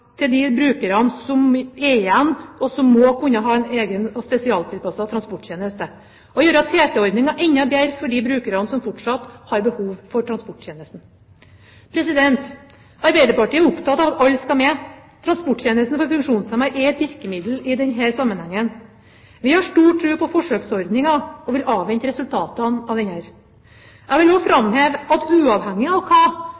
til de brukerne som er igjen, og som må kunne ha en egen og spesialtilpasset transporttjeneste, og gjøre TT-ordningen enda bedre for de brukerne som fortsatt har behov for transporttjenesten. Arbeiderpartiet er opptatt av at alle skal med. Transporttjenesten for funksjonshemmede er et virkemiddel i denne sammenhengen. Vi har stor tro på forsøksordningen, og vil avvente resultatet av denne. Jeg vil også framheve at uavhengig av hva